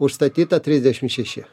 užstatyta trisdešimt šeši